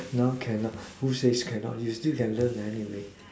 now cannot who says cannot you still can learn anyway